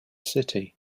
city